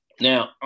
Now